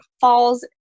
falls